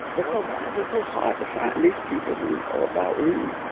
but so why is it so hard to find these people who know about reeb?